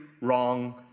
wrong